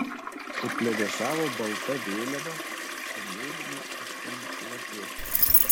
suplevėsavo balta vėliava su mėlynu aštuonlapiu